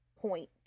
point